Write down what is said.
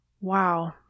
Wow